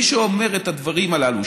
מי שאומר את הדברים הללו,